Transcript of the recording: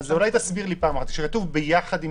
אז אולי תסביר לי, כשכתוב "ביחד עם